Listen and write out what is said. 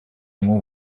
ему